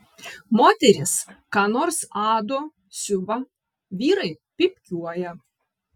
moterys ką nors ado siuva vyrai pypkiuoja